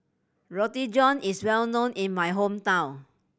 Roti John is well known in my hometown